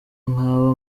mwaba